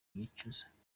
yicuza